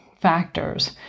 factors